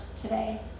today